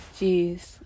Jeez